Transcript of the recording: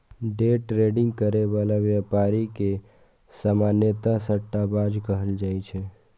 day trading करै बला व्यापारी के सामान्यतः सट्टाबाज कहल जाइ छै